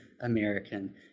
American